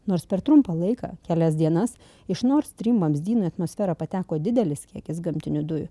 nors per trumpą laiką kelias dienas iš nord stream vamzdyno į atmosferą pateko didelis kiekis gamtinių dujų